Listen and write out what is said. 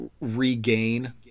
regain